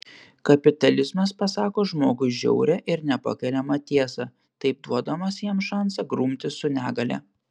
kapitalizmas pasako žmogui žiaurią ir nepakeliamą tiesą taip duodamas jam šansą grumtis su negalia